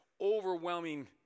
overwhelming